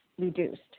reduced